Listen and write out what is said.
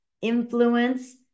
influence